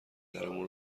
درمون